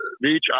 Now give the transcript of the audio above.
beach